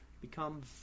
Become